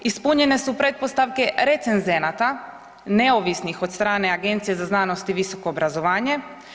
Ispunjene su pretpostavke recenzenata neovisnih od strane Agencije za znanost i visoko obrazovanje.